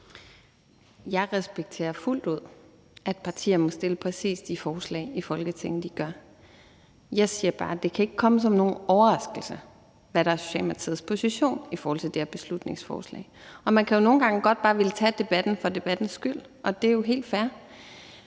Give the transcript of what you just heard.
Jeg respekterer fuldt ud, at partier må fremsætte præcis de forslag i Folketinget, de gør. Jeg siger bare, at det ikke kan komme som nogen overraskelse, hvad der er Socialdemokratiets position i forhold til det her beslutningsforslag. Man kan jo nogle gange godt bare ville tage debatten for debattens skyld, og det er helt fair.